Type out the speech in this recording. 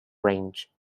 range